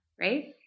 right